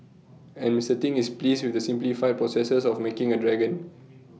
and Mister Ting is pleased with the simplified processes of making A dragon